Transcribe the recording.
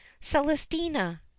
Celestina